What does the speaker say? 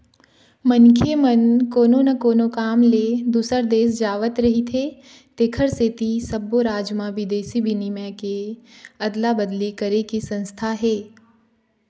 मनखे मन कोनो न कोनो काम ले दूसर देश जावत रहिथे तेखर सेती सब्बो राज म बिदेशी बिनिमय के अदला अदली करे के संस्था हे